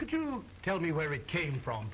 could you tell me where it came from